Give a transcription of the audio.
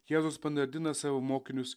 jėzus panardina savo mokinius